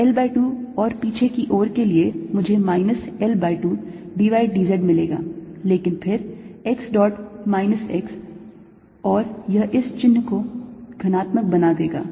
तो L by 2 और पीछे की ओर के लिए मुझे minus L by 2 d y d z मिलेगा लेकिन फिर x dot minus x और यह इस चिन्ह को धनात्मक बना देगा